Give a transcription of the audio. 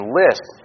list